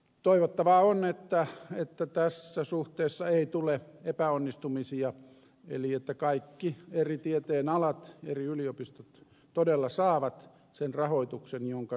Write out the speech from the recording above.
toivottavaa on että tässä suhteessa ei tule epäonnistumisia eli kaikki eri tieteenalat ja eri yliopistot todella saavat sen rahoituksen jonka niiden toiminta vaatii